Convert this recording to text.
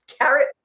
carrot